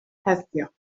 heddiw